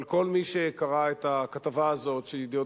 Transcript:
אבל כל מי שקרא את הכתבה הזאת ש"ידיעות